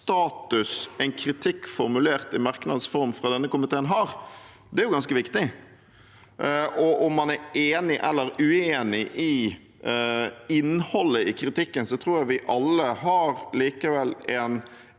status en kritikk formulert i merknads form fra denne komiteen har, er ganske viktig. Om man er enig eller uenig i innholdet i kritikken, tror jeg vi alle likevel